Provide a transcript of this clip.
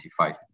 25